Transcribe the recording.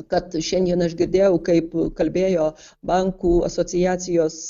kad šiandien aš girdėjau kaip kalbėjo bankų asociacijos